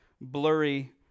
blurry